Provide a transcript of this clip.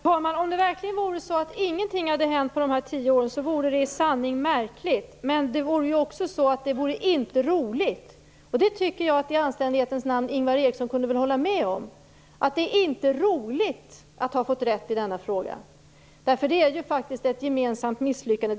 Herr talman! Om det verkligen vore så att ingenting hade hänt under de tio åren, vore det i sanning märkligt. Det vore inte heller roligt. Jag tycker att Ingvar Eriksson i anständighetens namn kunde hålla med om att det inte är roligt att ha fått rätt i denna fråga, för det är ju faktiskt fråga om ett gemensamt misslyckande.